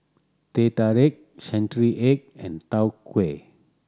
Teh Tarik century egg and Tau Huay